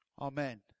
Amen